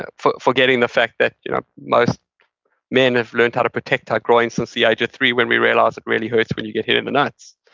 but forgetting the fact that you know most men have learned how to protect our groins since the age of three when we realized it really hurts when you get hit in the nuts